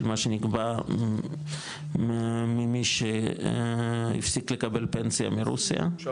של מה שנגבה ממי שהפסיק לקבל פנסיה מרוסיה --- אפשר